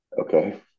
okay